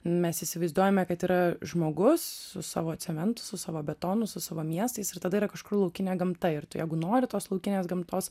mes įsivaizduojame kad yra žmogus su savo cementu su savo betonu su savo miestais ir tada yra kažkur laukinė gamta ir tu jeigu nori tos laukinės gamtos